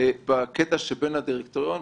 בקטע שבין הדירקטוריון.